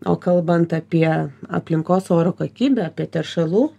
o kalbant apie aplinkos oro kokybę apie teršalų